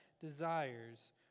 desires